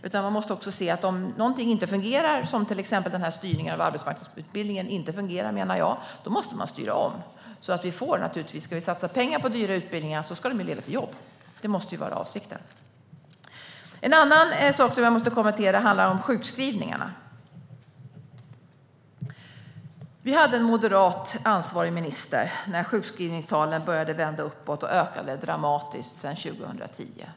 Om man ser att något inte fungerar, vilket jag menar till exempel var fallet med styrningen av arbetsmarknadsutbildningen, måste man styra om. Ska vi satsa pengar på dyra utbildningar ska de ju leda till jobb. Det måste vara avsikten. En annan sak som jag måste kommentera är sjukskrivningarna. Vi hade en moderat ansvarig minister när sjukskrivningstalen började vända uppåt. De ökade dramatiskt sedan 2010.